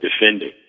defending